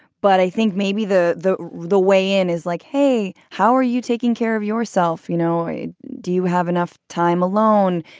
but i think maybe the the the way in is like, hey, how are you taking care of yourself, you know? do you have enough time alone?